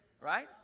Right